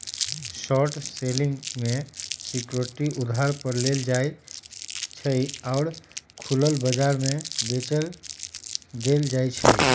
short selling में security उधार पर लेल जाइ छइ आऽ खुलल बजार में बेच देल जाइ छइ